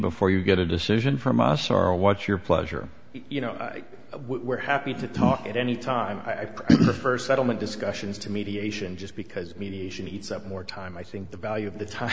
before you get a decision from astara what's your pleasure you know where happy to talk at any time i prefer settlement discussions to mediation just because mediation heats up more time i see the value of the time